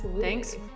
thanks